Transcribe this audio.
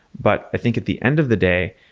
but i think at the end of the day,